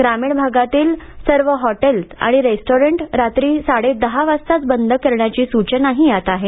ग्रामीण भागातील सर्व हॉटेल आणि रेस्टॉरंट रात्री साडे दहा वाजताच बंद करण्याची सूचनाही यात आहे